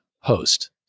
host